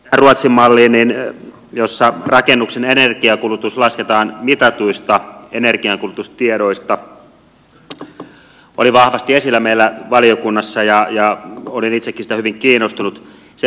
ruotsin malli jossa rakennuksen energiankulutus lasketaan mitatuista energiankulutustiedoista oli vahvasti esillä meillä valiokunnassa ja olin itsekin siitä hyvin kiinnostunut